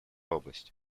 области